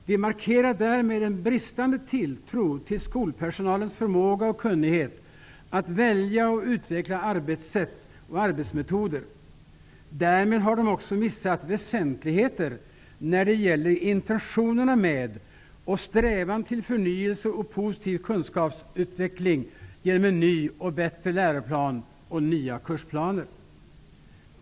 De markerar därmed en bristande tilltro till skolpersonalens förmåga och kunnighet när det gäller att välja och utveckla arbetssätt och arbetsmetoder. Därmed har de också missat väsentligheter när det gäller intentionerna bakom och strävan till förnyelse och positiv kunskapsutveckling genom en ny och bättre läroplan och nya kursplaner.